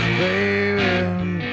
baby